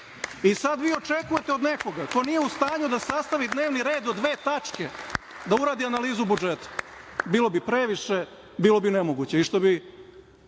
i sad vi očekujete od nekoga ko nije u stanju da sastavi dnevni red od dve tačke da uradi analizu budžeta. Bilo bi previše, bilo bi nemoguće